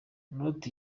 not